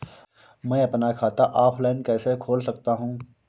मैं अपना खाता ऑफलाइन कैसे खोल सकता हूँ?